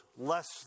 less